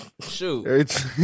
Shoot